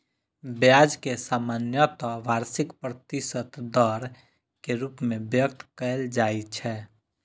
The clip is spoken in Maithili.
ब्याज कें सामान्यतः वार्षिक प्रतिशत दर के रूप मे व्यक्त कैल जाइ छै